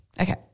Okay